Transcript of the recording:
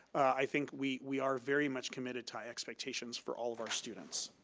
i think we we are very much committed to high expectations for all of our students.